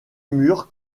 mûre